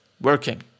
working